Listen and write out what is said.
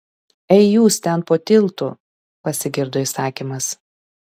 ei jūs ten po tiltu pasigirdo įsakymas